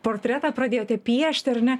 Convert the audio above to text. portretą pradėjote piešti ar ne